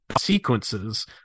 sequences